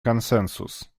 консенсус